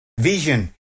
Vision